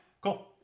Cool